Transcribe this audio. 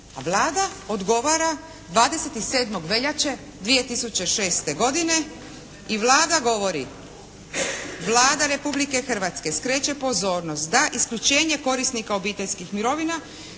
A Vlada odgovara 27. veljače 2006. godine. I Vlada govori. Vlada Republike Hrvatske skreće pozornost da isključenje korisnika obiteljskih mirovina